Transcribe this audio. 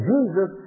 Jesus